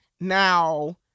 Now